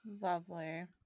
Lovely